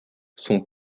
son